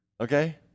okay